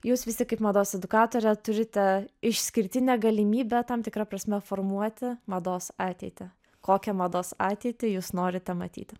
jūs vis tik kaip mados edukatorė turite išskirtinę galimybę tam tikra prasme formuoti mados ateitį kokią mados ateitį jūs norite matyti